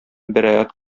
бәраәт